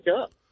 up